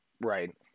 Right